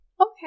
Okay